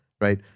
right